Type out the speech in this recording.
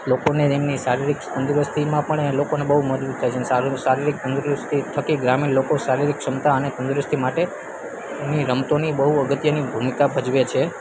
લોકોને એમની શારીરિક તંદુરસ્તીમાં પણ એ લોકોને બહુ મજબૂત થાય છે સારું શારીરિક તંદુરસ્તી થકી ગ્રામીણ લોકો શારીરિક ક્ષમતા અને તંદુરસ્તી માટેની રમતોની બહુ અગત્યની ભૂમિકા ભજવે છે